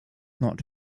not